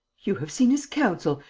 you have seen his counsel!